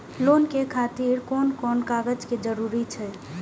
Loan के खातिर कोन कोन कागज के जरूरी छै?